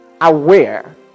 aware